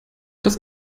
das